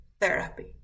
therapy